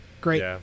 Great